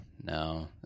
no